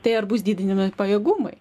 tai ar bus didinami pajėgumai